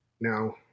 Now